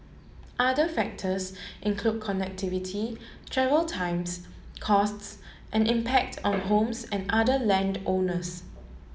other factors include connectivity travel times costs and impact on homes and other land owners